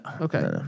Okay